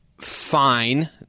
fine